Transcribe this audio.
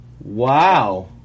Wow